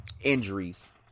Injuries